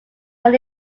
mel